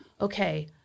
okay